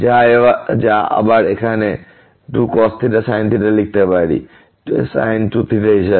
যা আবার আমরা এখানে 2cos sin লিখতে পারি sin 2θ হিসাবে